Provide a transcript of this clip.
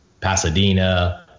Pasadena